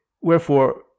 Wherefore